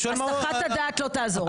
הסחת הדעת לא תעזור.